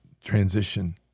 transition